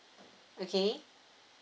okay